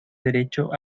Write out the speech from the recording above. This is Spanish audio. derecho